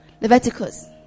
Leviticus